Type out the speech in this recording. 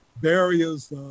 barriers